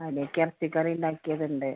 അതിലേക്ക് ഇറച്ചിക്കറി ഉണ്ടാക്കിയതുണ്ട്